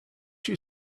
you